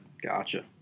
Gotcha